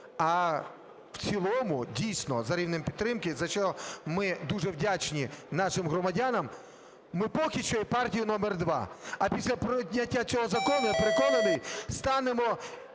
а в цілому, дійсно, за рівнем підтримки, за що ми дуже вдячні нашим громадянам, ми поки що є партією номер два. А після прийняття цього закону, я переконаний, станемо